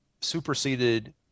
superseded